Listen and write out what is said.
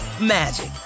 magic